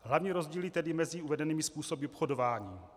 Hlavní rozdíly tedy mezi uvedenými způsoby obchodování.